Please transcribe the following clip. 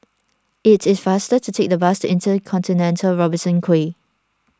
it is faster to take the bus Intercontinental Robertson Quay